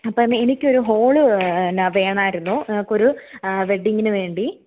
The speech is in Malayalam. അപ്പോൾ എനിക്കൊരു ഹോള് പിന്നെ വേണമായിരുന്നു ഞങ്ങൾക്കൊരു വെഡ്ഡിംഗിനു വേണ്ടി